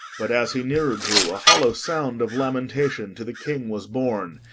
but as he nearer drew a hollow sound of lamentation to the king was borne.